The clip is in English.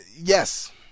Yes